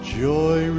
joy